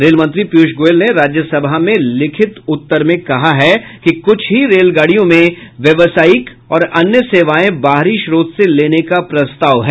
rail मंत्री पीयूष गोयल ने राज्यसभा में लिखित उत्तर में कहा है कि कुछ ही रेलगाड़ियों में व्यावसायिक और अन्य सेवाएं बाहरी स्रोत से लेने का प्रस्ताव है